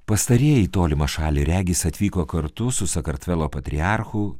pastarieji į tolimą šalį regis atvyko kartu su sakartvelo patriarchu